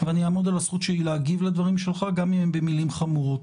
אבל אני אעמוד על הזכות שלי להגיב לדברים שלך גם אם הם במילים חמורות.